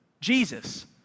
Jesus